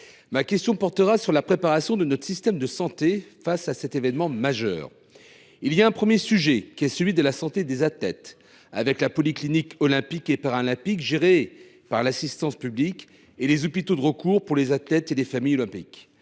Ma question portera sur la préparation de notre système de santé face à cet événement majeur. Un premier sujet est celui de la santé des athlètes, avec la polyclinique olympique et paralympique, gérée par Assistance publique Hôpitaux de Paris (AP HP) et les hôpitaux de recours pour les athlètes et la famille olympique.